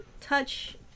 touch